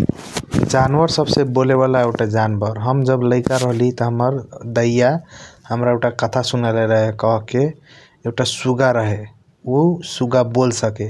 जनवॉर सब स एउटा बोले वाला जनवोर हम जब लाइक राहली त हाम्रा दइया ।. हाम्रा एउटा कथा सुनायले रहे कहके एउटा सुगा रहे उ सुगा बोल सके